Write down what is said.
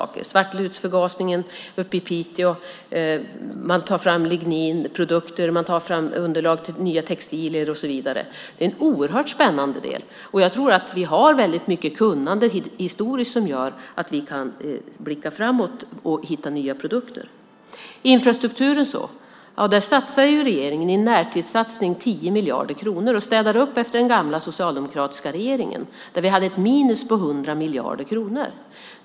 Det handlar om svartlutsförgasningen uppe i Piteå, man tar fram ligninprodukter, man tar fram underlag till nya textilier, och så vidare. Det är en oerhört spännande del. Jag tror att vi har väldigt mycket kunnande historiskt som gör att vi kan blicka framåt och hitta nya produkter. På infrastrukturen satsar regeringen i närtidssatsning 10 miljarder kronor och städar upp efter den gamla socialdemokratiska regeringen, där vi hade ett minus på 100 miljarder kronor.